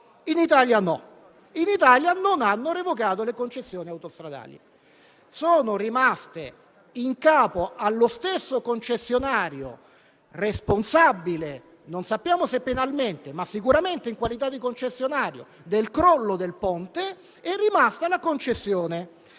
In Italia no. In Italia le concessioni autostradali sono rimaste in capo allo stesso concessionario responsabile, non sappiamo se penalmente ma sicuramente in qualità di concessionario, del crollo del ponte. Il Governo ha deciso